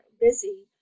busy